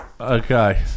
Okay